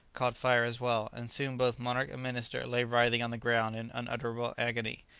caught fire as well, and soon both monarch and minister lay writhing on the ground in unutterable agony.